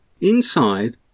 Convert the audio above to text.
Inside